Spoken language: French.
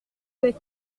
n’est